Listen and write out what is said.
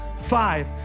five